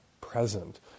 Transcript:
present